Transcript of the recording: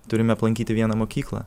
turime aplankyti vieną mokyklą